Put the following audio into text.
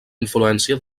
influència